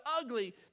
ugly